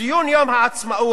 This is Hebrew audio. "(4) ציון יום העצמאות